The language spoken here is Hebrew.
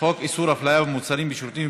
חוק איסור הפליה במוצרים בשירותים